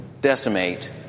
decimate